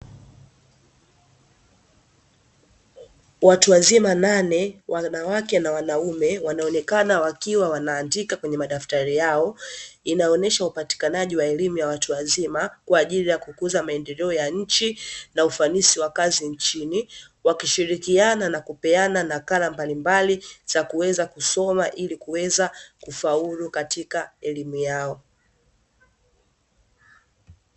Watu wazima nane wanawake na wanaume, wanaonekana wakiwa wanaandika kwenye madaftari yao, inaonesha upatikanaji wa elimu ya watu wazima kwa ajili ya kukuza maendeleo ya nchi, na ufanisi wa kazi nchini wakishirikiana na kupeana nakala mbalimbali za kuweza kusoma ili kuweza kufaulu katika elimu yao.